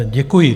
Děkuji.